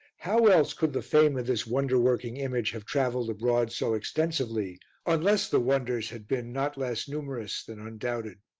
how else could the fame of this wonder-working image have travelled abroad so extensively unless the wonders had been not less numerous than undoubted?